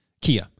Kia